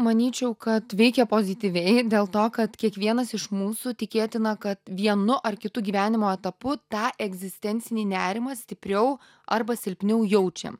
manyčiau kad veikia pozityviai dėl to kad kiekvienas iš mūsų tikėtina kad vienu ar kitu gyvenimo etapu tą egzistencinį nerimą stipriau arba silpniau jaučiam